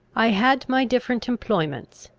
i had my different employments,